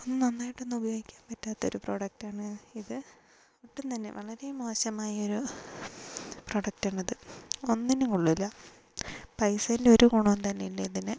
ഒന്ന് നന്നായിട്ടൊന്ന് ഉപയോഗിക്കാൻ പറ്റാത്തൊരു പ്രൊഡക്ടാണ് ഇത് ഒട്ടും തന്നെ വളരെ മോശമായൊരു പ്രൊഡക്ടാണിത് ഒന്നിനും കൊള്ളില്ല പൈസേന്റെ ഒരു ഗുണവും തന്നെയില്ല ഇതിന്